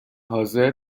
حاضر